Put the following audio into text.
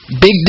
Big